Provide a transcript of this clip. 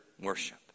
worship